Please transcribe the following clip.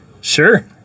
Sure